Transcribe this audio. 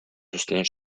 sostener